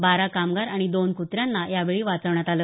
बारा कामगार आणि दोन कुत्र्यांना यावेळी वाचवण्यात आलं